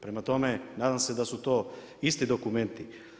Prema tome, nadam se da su to isti dokumenti.